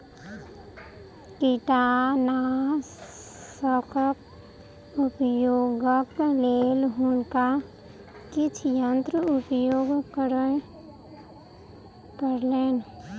कीटनाशकक उपयोगक लेल हुनका किछ यंत्र उपयोग करअ पड़लैन